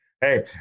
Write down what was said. Hey